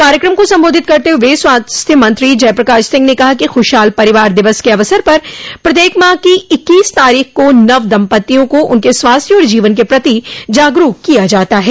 कार्यक्रम को सम्बोधित करते हुए स्वास्थ्य मंत्री जयप्रकाश सिंह ने कहा कि खुशहाल परिवार दिवस के अवसर पर प्रत्येक माह की इक्कीस तारीख को नव दम्पत्तियों को उनके स्वास्थ्य और जीवन के प्रति जागरूक किया जाता है